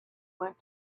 went